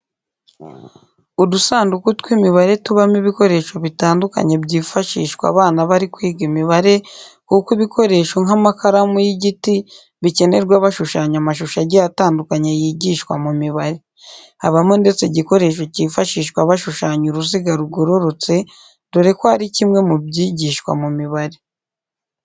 Udusanduku tw'imibare tubamo ibikoresho bitandukanye byifashishwa abana bari kwiga imibare kuko ibikoresho nk'amakaramu y'igiti bikenerwa bashushanya amashusho agiye atandukanye yigishwa mu mibare. Habamo ndetse igikoresho cyifashishwa bashushanya uruziga rugororotse dore ko ari kimwe mu byigishwa mu mibare.